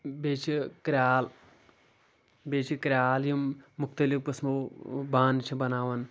بیٚیہِ چھِ کرٛال بیٚیہِ چھِ کرٛال یِم مختلف قٕسمو بانہٕ چھِ بناوان